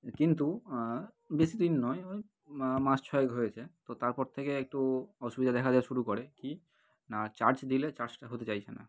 কিন্তু বেশি দিন নয় ওই মা মাস ছয়েক হয়েছে তো তারপর থেকে একটু অসুবিধা দেখা দেওয়া শুরু করে কী না চার্জ দিলে চার্জটা হতে চাইছে না